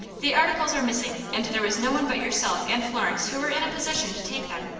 the articles are missing, and there was no one but yourself and florence who were in a position to take them.